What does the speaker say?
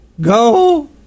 Go